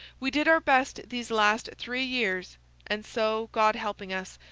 we did our best these last three years and so, god helping us,